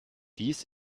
dies